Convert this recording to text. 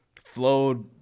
flowed